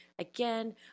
Again